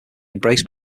embraced